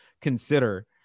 consider